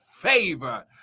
favor